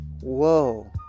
Whoa